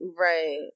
right